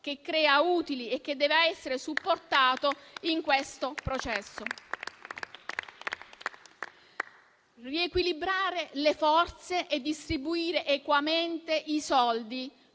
che crea utili e deve essere supportato in questo processo. Riequilibrare le forze e distribuire equamente i soldi: